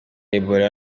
ebola